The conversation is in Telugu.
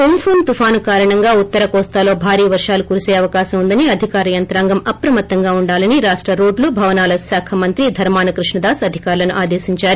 ఉంపున్ తుపాను కారణంగా ఉత్తర కోస్తాలో భారీ వర్గాలు కురిసే అవకాశం ఉందని అధికార యంత్రాంగం అప్రమత్తంగా ఉండాలని రాష్ల రోడ్లు భవనాల శాఖమంత్రి ధర్మాన కృష్ణదాస్ అధికారులను ఆదేశించారు